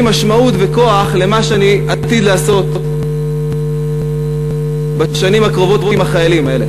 משמעות וכוח למה שאני עתיד לעשות בשנים הקרובות עם החיילים האלה,